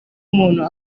umuntu